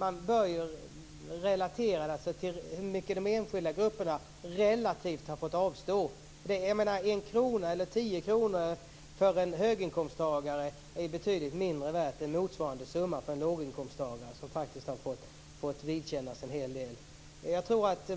Man bör ju se på hur mycket de enskilda grupperna har fått avstå relativt sett. En krona eller tio kronor för en höginkomsttagare är betydligt mindre värt än motsvarande summa för en låginkomsttagare - som faktiskt har fått vidkännas en hel del. Jag tror att